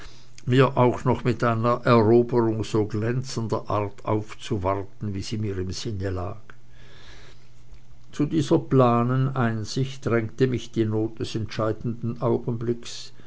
mir auch noch mit einer eroberung so glänzender art aufzuwarten wie sie mir im sinne lag zu dieser planen einsicht drängte mich die not des entscheidenden augenblickes